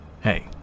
Hey